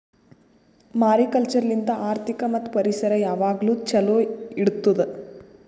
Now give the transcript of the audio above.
mariculture ಲಿಂತ್ ಆರ್ಥಿಕ ಮತ್ತ್ ಪರಿಸರ ಯಾವಾಗ್ಲೂ ಛಲೋ ಇಡತ್ತುದ್